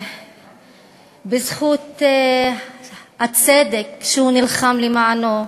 בזכות הצדק שהוא נלחם למענו,